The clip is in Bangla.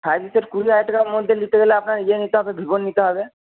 ফাইভ জি সেট কুড়ি হাজার টাকার মধ্যে নিতে গেলে আপনার ইয়ে নিতে হবে ভিভোর নিতে হবে